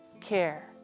care